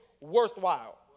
worthwhile